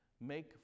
Make